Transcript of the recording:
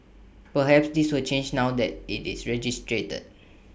perhaps this will change now that IT is registered